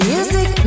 Music